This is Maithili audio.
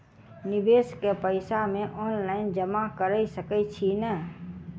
निवेश केँ पैसा मे ऑनलाइन जमा कैर सकै छी नै?